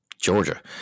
Georgia